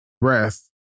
breath